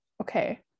okay